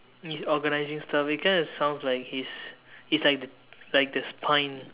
he's organizing stuff it kinda sounds like he's he's like like the spine